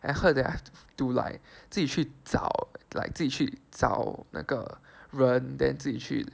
I heard that have to to like 自己去找 like 自己去找那个人 then 自己去